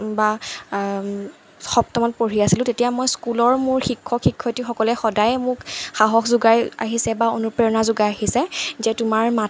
বা সপ্তমত পঢ়ি আছিলোঁ তেতিয়া মই স্কুলৰ মোৰ শিক্ষক শিক্ষয়িত্ৰীসকলে সদায়ে মোক সাহস যোগাই আহিছে বা অনুপ্ৰেৰণা যোগাই আহিছে যে তোমাৰ মাতটো